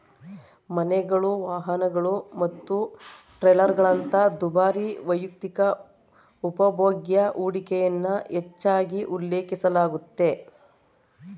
ಮನೆಗಳು, ವಾಹನಗಳು ಮತ್ತು ಟ್ರೇಲರ್ಗಳಂತಹ ದುಬಾರಿ ವೈಯಕ್ತಿಕ ಉಪಭೋಗ್ಯ ಹೂಡಿಕೆಯನ್ನ ಹೆಚ್ಚಾಗಿ ಉಲ್ಲೇಖಿಸಲಾಗುತ್ತೆ